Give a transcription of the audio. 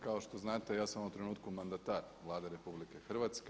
Kao što znate ja sam u ovom trenutku mandatar Vlade RH.